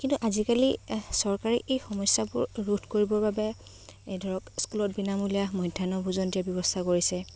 কিন্তু আজিকালি চৰকাৰে এই সমস্যাবোৰ ৰোধ কৰিবৰ বাবে এই ধৰক স্কুলত বিনামূলীয়া মধ্যাহ্ন ভোজন দিয়াৰ ব্যৱস্থা কৰিছে